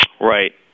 Right